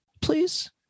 please